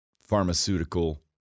pharmaceutical